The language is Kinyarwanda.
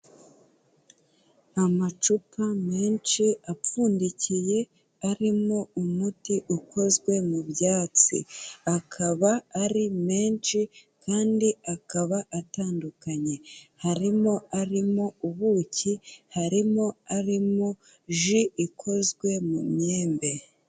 Amacupa menshi apfundikiye arimo umuti ukozwe mu byatsi, akaba ari menshi kandi akaba atandukanye, harimo arimo ubuki, harimo arimo ji ikozwe mu myembe.